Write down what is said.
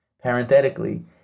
Parenthetically